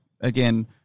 again